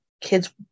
kids